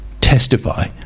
testify